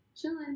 Chilling